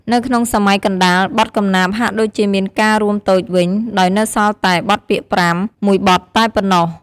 នៅក្នុងសម័យកណ្តាល បទកំណាព្យហាក់ដូចជាមានការរួមតូចវិញ ដោយនៅសល់តែ បទពាក្យប្រាំ មួយបទតែប៉ុណ្ណោះ។